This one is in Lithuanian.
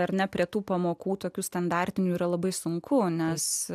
ar ne prie tų pamokų tokių standartinių yra labai sunku nes